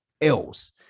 else